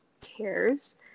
cares